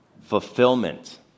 Fulfillment